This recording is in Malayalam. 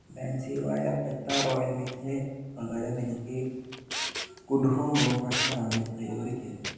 ബൻസിവാല പെത്ത റോയൽ മിക്സിന് പകരം എനിക്ക് ഗുഡ് ഹോം റൂം ഫ്രെഷ്നർ ആണ് ഡെലിവർ ചെയ്തത്